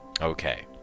okay